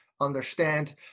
understand